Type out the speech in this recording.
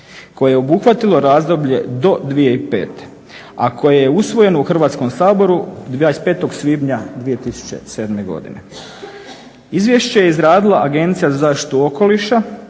koje je obuhvatilo razdoblje do 2005., a koje je usvojeno u Hrvatski saboru 25. svibnja 2007. godine. Izvješće je izradila Agencija za zaštitu okoliša